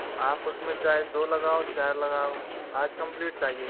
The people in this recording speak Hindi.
आप उसमें चाहे दो लगाओ चार लगाओ आज कंप्लीट चाहिए